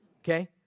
Okay